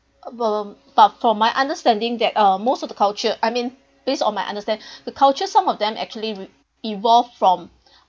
bu~ but from my understanding that uh most of the culture I mean based on my understand the culture some of them actually re~ evolved from